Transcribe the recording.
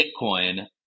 Bitcoin